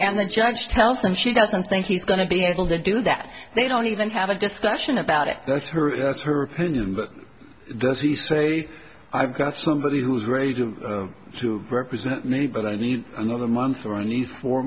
and the judge tells him she doesn't think he's going to be able to do that they don't even have a discussion about it that's her that's her opinion but does he say i've got somebody who's really going to represent me but i need another month or a nice four